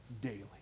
daily